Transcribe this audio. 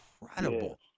incredible